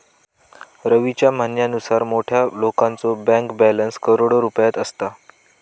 रवीच्या म्हणण्यानुसार मोठ्या लोकांचो बँक बॅलन्स करोडो रुपयात असा